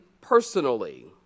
personally